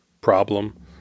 problem